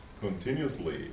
continuously